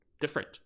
different